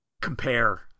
compare